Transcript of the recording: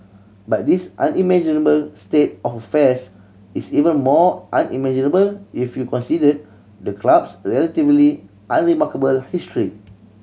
but this unimaginable state of affairs is even more unimaginable if you considered the club's relatively unremarkable history